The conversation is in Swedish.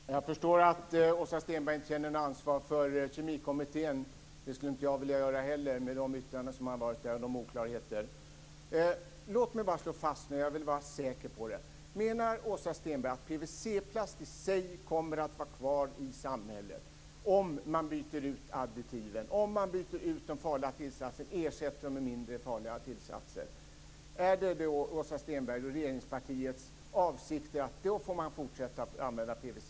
Fru talman! Jag förstår att Åsa Stenberg inte känner något ansvar för Kemikommittén. Det skulle inte jag vilja göra heller, med de yttranden som har gjorts där och de oklarheter som förekommit. Låt mig bara slå fast, för jag vill vara säker på det, att Åsa Stenberg menar att PVC-plast i sig kommer att vara kvar i samhället om man byter ut additiven och de farliga tillsatserna och ersätter dem med mindre farliga tillsatser. Är det, Åsa Stenberg, regeringspartiets avsikt att man då får fortsätta att använda PVC?